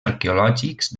arqueològics